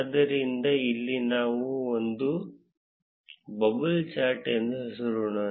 ಆದ್ದರಿಂದ ಇಲ್ಲಿ ನಾವು ಅದನ್ನು ಬಬಲ್ ಚಾರ್ಟ್ ಎಂದು ಹೆಸರಿಸೋಣ